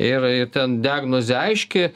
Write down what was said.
ir ir ten diagnozė aiški